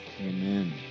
Amen